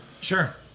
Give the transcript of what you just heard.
Sure